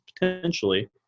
Potentially